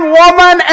woman